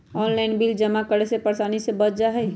Online bill जमा करे से परेशानी से बच जाहई?